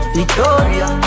Victoria